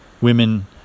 women